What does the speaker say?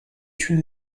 une